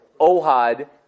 Ohad